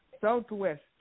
Southwest